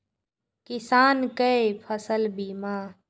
किसान कै फसल बीमा?